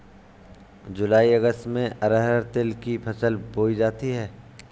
जूलाई अगस्त में अरहर तिल की फसल बोई जाती हैं